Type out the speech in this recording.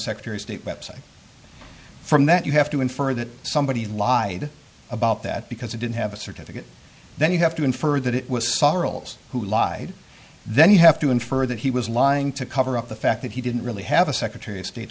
state website from that you have to infer that somebody lied about that because they didn't have a certificate then you have to infer that it was sorrels who lied then you have to infer that he was lying to cover up the fact that he didn't really have a secretary of state